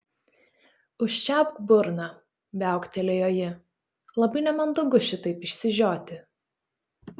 užčiaupk burną viauktelėjo ji labai nemandagu šitaip išsižioti